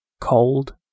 cold